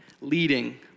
leading